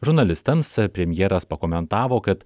žurnalistams premjeras pakomentavo kad